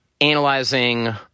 analyzing